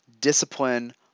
discipline